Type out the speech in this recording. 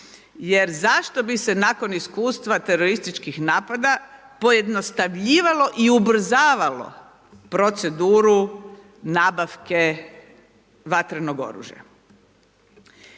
Jer zašto bi se nakon iskustva terorističkih napada pojednostavljivalo i ubrzavalo proceduru nabavke vatrenog oružja?